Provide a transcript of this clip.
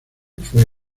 fue